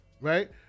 right